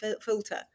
filter